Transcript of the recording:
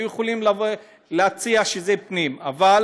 היו יכולים להציע לוועדת הפנים, אבל